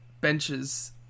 benches